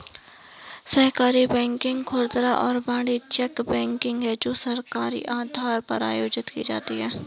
सहकारी बैंकिंग खुदरा और वाणिज्यिक बैंकिंग है जो सहकारी आधार पर आयोजित की जाती है